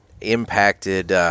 impacted